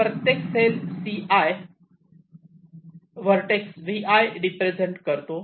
प्रत्येक cell Ci vertex Vi represent करतो